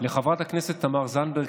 לחברת הכנסת תמר זנדברג,